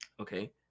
Okay